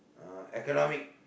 uh economic